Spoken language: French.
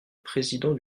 président